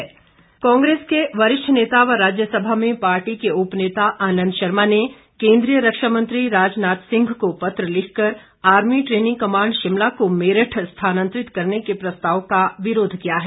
आनंद शर्मा कांग्रेस के वरिष्ठ नेता व राज्य सभा में पार्टी के उपनेता आनंद शर्मा ने केंद्रीय रक्षा मंत्री राजनाथ सिंह को पत्र लिखकर आर्मी ट्रेनिंग कमांड शिमला को मेरठ स्थानातंरित करने के प्रस्ताव का विरोध किया है